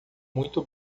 muito